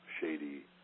shady